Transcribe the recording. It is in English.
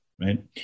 right